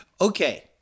Okay